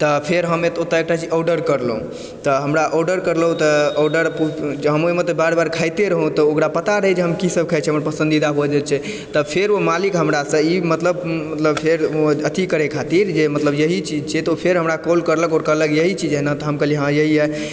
तऽ फेर हम ओतय एकटा चीज आर्डर करलहुँ तऽ हमरा आर्डर करलहुँ तऽ ऑर्डर तऽ हम ओहिमे तऽ बार बार खाइते रहहुँ तऽ ओकरा पता रहय जे हम कीसभ खाइ छी हमर पसन्दीदा भोजन छै तऽ फेर ओ मालिक हमरासँ फेर मतलब फेर अथी करय खातिर जे मतलब यही चीज छै तऽ ओ फेर हमरा कॉल करलक आओर कहलक यही चीज है न तऽ हम कहलियै हाँ यही है